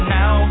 now